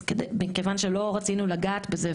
אז מכיוון שלא רצינו לגעת בזה,